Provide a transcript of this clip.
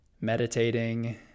meditating